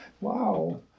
Wow